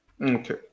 Okay